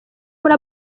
muri